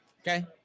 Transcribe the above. Okay